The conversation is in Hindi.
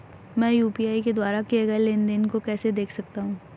मैं यू.पी.आई के द्वारा किए गए लेनदेन को कैसे देख सकता हूं?